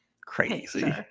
Crazy